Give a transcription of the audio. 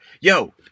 yo